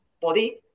body